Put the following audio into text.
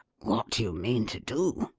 what do you mean to do?